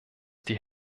die